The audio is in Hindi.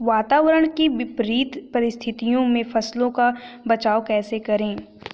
वातावरण की विपरीत परिस्थितियों में फसलों का बचाव कैसे करें?